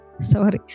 sorry